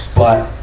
but,